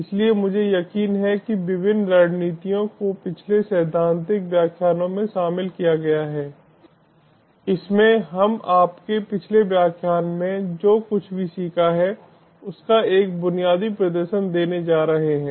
इसलिए मुझे यकीन है कि विभिन्न रणनीतियों को पिछले सैद्धांतिक व्याख्यानों में शामिल किया गया है इसमें हम आपके पिछले व्याख्यान में जो कुछ भी सीखा है उसका एक बुनियादी प्रदर्शन देने जा रहे हैं